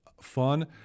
fun